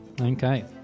Okay